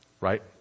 Right